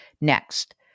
Next